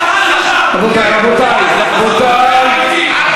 רבותי, רבותי, רבותי.